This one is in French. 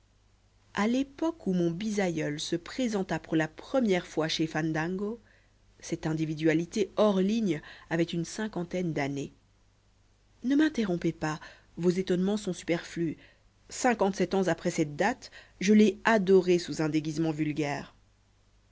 à l'époque où mon bisaïeul se présenta pour la première fois chez fandango cette individualité hors ligne avait une cinquantaine d'années ne m'interrompez pas vos étonnements sont superflus cinquante-sept ans après cette date je l'ai adoré sous un déguisement vulgaire